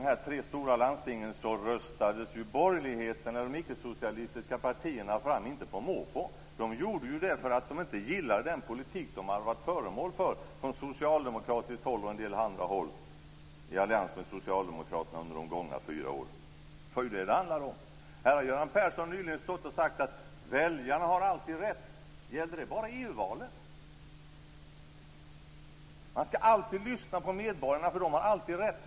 I de tre stora landstingen röstades ju de ickesocialistiska partierna fram, inte på måfå utan för att man inte gillade den politik man hade varit föremål för från socialdemokratiskt och en del andra håll under de gångna fyra åren. Här har Göran Persson nyligen sagt: Väljarna har alltid rätt. Gällde det bara i EU-valet? Man skall alltid lyssna på medborgarna, för de har alltid rätt.